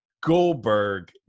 Goldberg